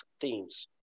themes